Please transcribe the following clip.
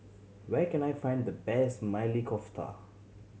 where can I find the best Maili Kofta